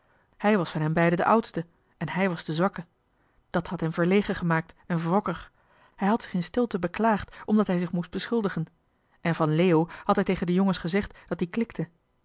hij was van hen beiden de oudste en hij was de zwakke dat had hem verlegen gemaakt en wrokkig hij had zich in stilte beklaagd omdat hij zich moest beschuldigen en van leo had hij tegen de jongens gezegd dat die klikte